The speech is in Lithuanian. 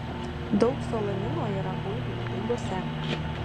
daug solanino yra bulvių daiguose